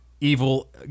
evil